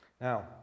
Now